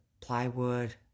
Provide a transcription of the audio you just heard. plywood